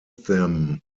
them